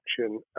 action